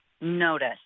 notice